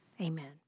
amen